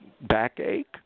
backache